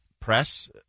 press